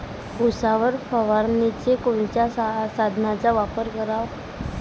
उसावर फवारनीले कोनच्या साधनाचा वापर कराव?